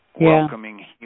welcoming